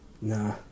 Nah